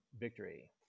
victory